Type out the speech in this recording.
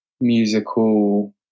musical